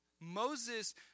Moses